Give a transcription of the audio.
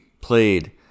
played